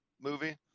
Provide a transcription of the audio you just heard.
movie